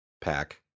pack